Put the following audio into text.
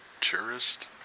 tourist